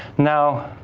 now,